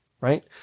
Right